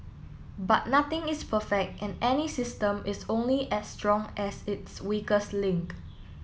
but nothing is perfect and any system is only as strong as its weakest link